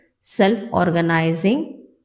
self-organizing